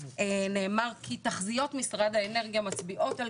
נאמר כי תחזיות משרד האנרגיה מצביעות על